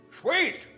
sweet